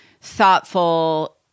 thoughtful